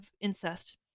incest